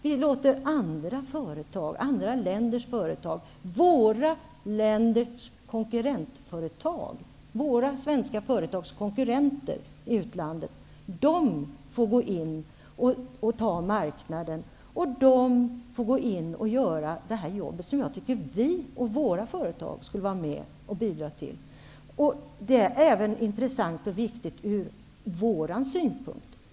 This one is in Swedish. Vi låter i stället andra länders företag, våra svenska företags konkurrenter i utlandet, gå in och ta marknaden. De får göra det jobb som jag tycker att våra företag skulle bidra till. Detta är intressant och viktigt även ur vår synpunkt.